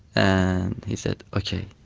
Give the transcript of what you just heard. and he said, okay.